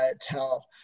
tell